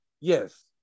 yes